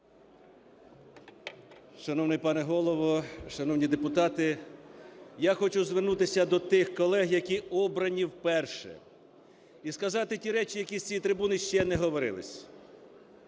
Шановний пане Голово, шановні депутати! Я хочу звернутися до тих колег, які обрані вперше і сказати ті речі, які з цієї трибуни ще не говорились.